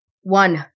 One